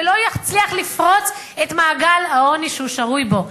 ולא יצליח לפרוץ את מעגל העוני שהוא שרוי בו.